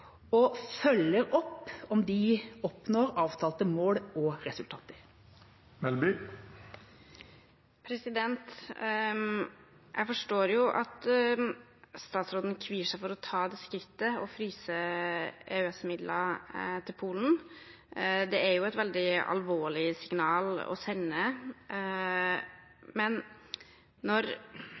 og følger opp om de oppnår avtalte mål og resultater. Jeg forstår at statsråden kvier seg for å ta det skrittet å fryse EØS-midler til Polen. Det er jo et veldig alvorlig signal å sende. Men når